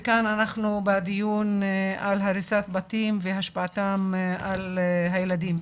וכאן אנחנו בדיון על הריסת בתים והשפעתם על הילדים.